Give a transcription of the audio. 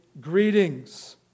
greetings